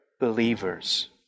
believers